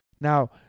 Now